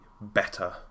better